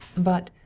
but,